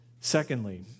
Secondly